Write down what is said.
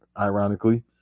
ironically